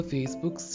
Facebook